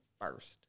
first